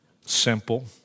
Simple